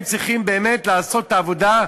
הם צריכים באמת לעשות את העבודה.